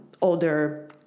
older